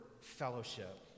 fellowship